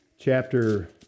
chapter